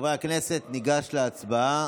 חברי הכנסת, ניגש להצבעה.